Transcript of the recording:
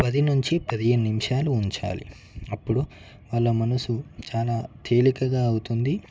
పది నుంచి పదిహేను నిమిషాలు ఉంచాలి అప్పుడు వాళ్ళ మనసు చాలా తేలికగా అవుతుంది